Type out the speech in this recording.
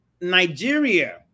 Nigeria